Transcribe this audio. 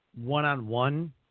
one-on-one